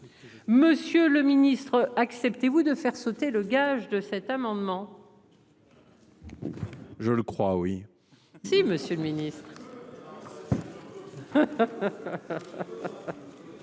Monsieur le ministre, acceptez-vous de faire sauter le gage de cet amendement. Je le crois oui. Si Monsieur le Ministre.